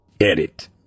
Edit